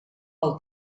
pel